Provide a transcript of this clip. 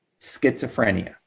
schizophrenia